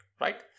right